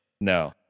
No